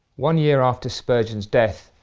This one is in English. one year after spurgeon's death,